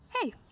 Hey